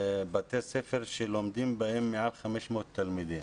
בתי ספר שלומדים בהם מעל 500 תלמידים.